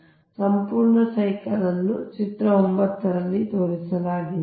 ಆದ್ದರಿಂದ ಸಂಪೂರ್ಣ ಸೈಕಲ್ಅನ್ನು ಚಿತ್ರ 9 ರಲ್ಲಿ ತೋರಿಸಲಾಗಿದೆ